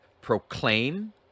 proclaim